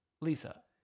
Lisa